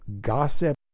gossip